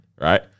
right